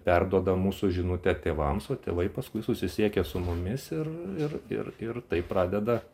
perduoda mūsų žinutę tėvams o tėvai paskui susisiekia su mumis ir ir ir ir taip pradeda